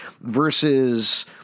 versus